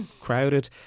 crowded